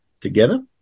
together